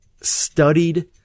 studied